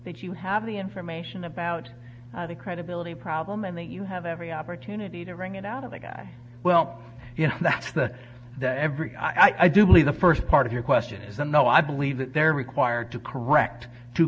that you have the information about the credibility problem and that you have every opportunity to wring it out of the guy well you know that's the every i do believe the first part of your question is a no i believe that they're required to correct to